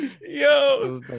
Yo